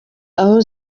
aho